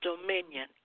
dominion